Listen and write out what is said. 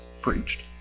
preached